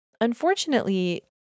unfortunately